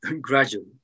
gradually